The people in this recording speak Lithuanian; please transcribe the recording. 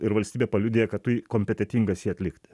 ir valstybė paliudija kad kompetentingas jį atlikti